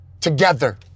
together